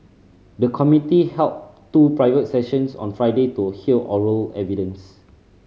the committee held two private sessions on Friday to hear oral evidence